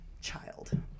child